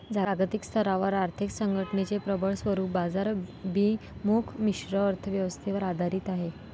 जागतिक स्तरावर आर्थिक संघटनेचे प्रबळ स्वरूप बाजाराभिमुख मिश्र अर्थ व्यवस्थेवर आधारित आहे